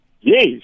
Yes